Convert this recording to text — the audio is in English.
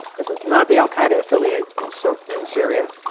this is not the al-qaeda affiliate and so in syria.